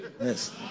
yes